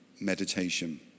meditation